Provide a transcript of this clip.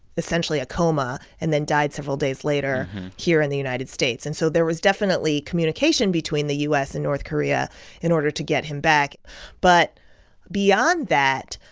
essentially, a coma and then died several days later here in the united states. and so there was definitely communication between the u s. and north korea in order to get him back but beyond that,